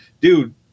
dude